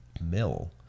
mill